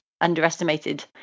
underestimated